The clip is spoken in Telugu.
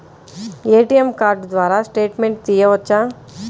ఏ.టీ.ఎం కార్డు ద్వారా స్టేట్మెంట్ తీయవచ్చా?